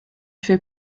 fait